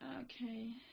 Okay